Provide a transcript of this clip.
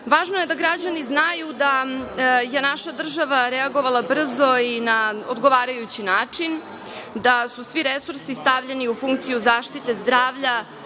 Važno je da građani znaju da je naša država reagovala brzo i na odgovarajući način, da su svi resursi stavljeni u funkciju zaštite zdravlja